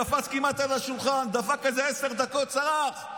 קפץ כמעט על השולחן, דפק איזה עשר דקות, צרח.